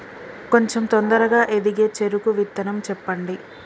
కొంచం తొందరగా ఎదిగే చెరుకు విత్తనం చెప్పండి?